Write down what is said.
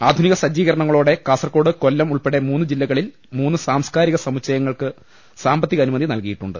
ആധുനിക സജ്ജീകരണങ്ങളോടെ കാസർകോട് കൊല്ലം ഉൾപ്പെടെ മൂന്ന് ജില്ലകളിൽ മൂന്ന് സാംസ്കാരിക സമുച്ചയങ്ങൾക്ക് സാമ്പത്തിക അനുമതി നൽകിയിട്ടുണ്ട്